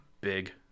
big